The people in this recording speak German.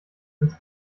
ins